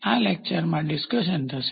આ લેકચરમાં ડિસ્કશન થશે